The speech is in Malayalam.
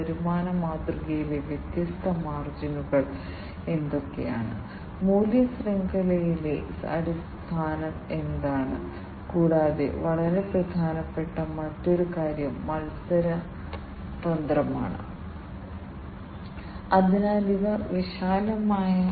കുറഞ്ഞ ചിലവ് കാരണം ഞങ്ങൾ ഈ വ്യത്യസ്ത സെൻസറുകൾ വലിയ അളവിൽ ഉപയോഗിക്കാൻ പോകുന്നു ഒരു സെൻസർ വളരെ ചെലവേറിയതായിരിക്കരുത് നിങ്ങൾക്കത് ഒരു മെഷീനിൽ മാത്രമേ ഉപയോഗിക്കാൻ കഴിയൂ